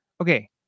okay